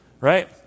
right